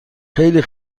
خیلی